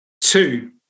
Two